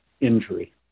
Injury